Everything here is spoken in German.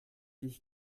dich